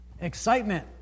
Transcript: excitement